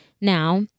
Now